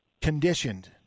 conditioned